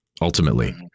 ultimately